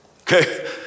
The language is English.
Okay